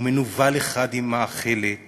ומנוול אחד עם מאכלת